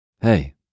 hey